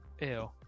Ew